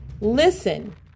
Listen